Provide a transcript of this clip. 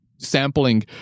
Sampling